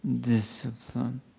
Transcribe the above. discipline